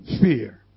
fear